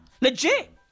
Legit